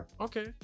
Okay